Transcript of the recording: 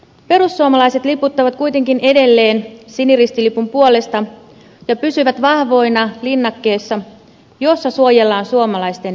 perussuomalaiset liputtavat kuitenkin edelleen siniristilipun puolesta ja pysyvät vahvoina linnakkeessa jossa suojellaan suomalaisten etuja